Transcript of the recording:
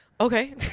Okay